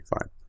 fine